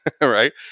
right